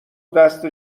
دست